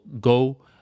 go